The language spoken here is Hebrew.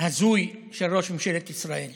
הזוי של ראש ממשלת ישראל